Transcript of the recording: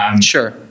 Sure